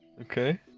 Okay